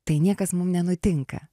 tai niekas mum nenutinka